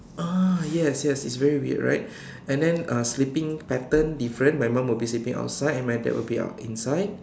ah yes yes it's very weird right and then uh sleeping pattern different my mum will be sleeping outside and my dad will be out inside